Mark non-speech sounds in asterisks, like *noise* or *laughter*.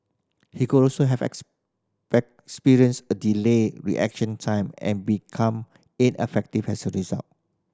he could also have *unintelligible* a delayed reaction time and become ineffective as a result